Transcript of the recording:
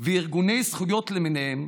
וארגוני זכויות למיניהם,